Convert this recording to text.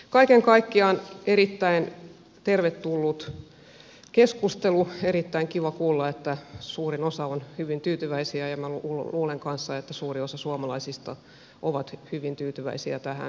kaiken kaikkiaan erittäin tervetullut keskustelu erittäin kiva kuulla että suurin osa on hyvin tyytyväisiä ja minä luulen kanssa että suuri osa suomalaisista on hyvin tyytyväisiä tähän